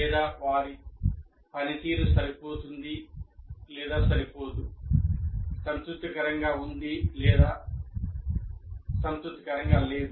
లేదావారి పనితీరు సరిపోతుంది సరిపోదు లేదా సంతృప్తికరంగా ఉంది సంతృప్తికరంగా లేదు